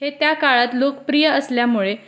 हे त्या काळात लोकप्रिय असल्यामुळे